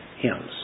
hymns